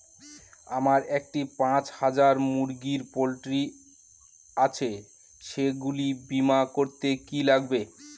আমার একটি পাঁচ হাজার মুরগির পোলট্রি আছে সেগুলি বীমা করতে কি লাগবে?